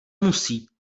musí